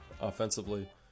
offensively